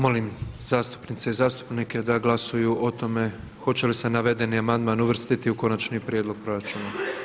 Molim zastupnice i zastupnike da glasuju o tome hoće li se navedeni amandman uvrstiti u Konačni prijedlog proračuna.